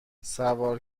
سوار